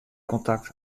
kontakt